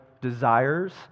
desires